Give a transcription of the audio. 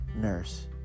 nurse